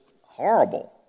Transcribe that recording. horrible